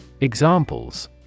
Examples